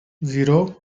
zero